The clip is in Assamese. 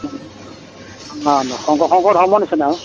শংকৰ সংঘৰ ধৰ্মৰ নিচিনা আৰু